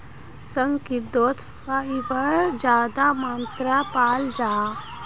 शकार्कंदोत फाइबर ज्यादा मात्रात पाल जाहा